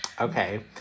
Okay